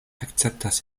akceptas